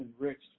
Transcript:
enriched